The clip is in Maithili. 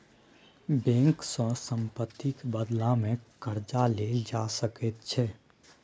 बैंक सँ सम्पत्तिक बदलामे कर्जा लेल जा सकैत छै